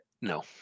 no